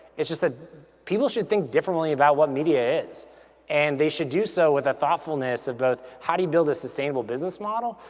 it's just that people should think differently about what media is and they should do so with a thoughtfulness of both how do you build a sustainable business model,